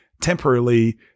temporarily